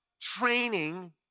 training